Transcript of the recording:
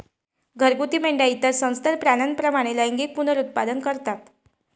घरगुती मेंढ्या इतर सस्तन प्राण्यांप्रमाणे लैंगिक पुनरुत्पादन करतात